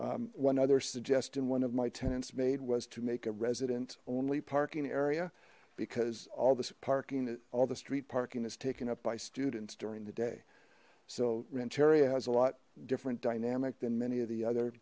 lane one other suggestion one of my tenants made was to make a residence only parking area because all the parking all the street parking is taken up by students during the day so renteria has a lot different dynamic than many of the other